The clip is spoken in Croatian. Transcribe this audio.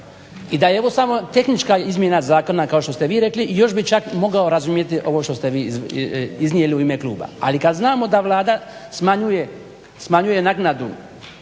i da je ovo samo tehnička izmjena zakona kao što ste vi rekli još bi čak mogao razumjeti ovo što ste vi iznijeli u ime kluba. Ali kad znamo da Vlada smanjuje